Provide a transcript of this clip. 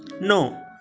No